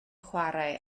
chwarae